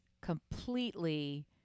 completely